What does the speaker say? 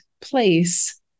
place